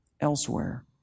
elsewhere